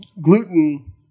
gluten